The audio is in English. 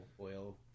oil